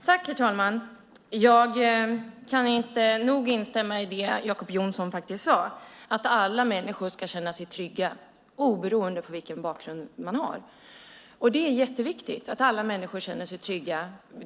Herr talman! Jag kan inte nog instämma i det som Jacob Johnson sade, nämligen att alla människor ska känna sig trygga oberoende av bakgrund. Det är jätteviktigt att alla människor känner sig trygga.